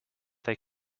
they